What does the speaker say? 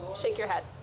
shake your head.